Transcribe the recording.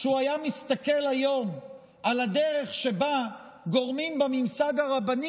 כשהוא היה מסתכל היום על הדרך שבה גורמים בממסד הרבני